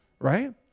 right